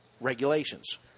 regulations